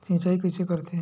सिंचाई कइसे करथे?